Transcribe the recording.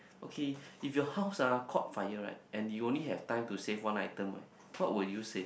okay if your house ah caught fire right and you only have time to save one item right what will you save